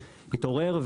התעורר,